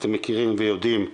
אתם מכירים ויודעים,